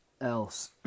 else